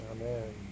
Amen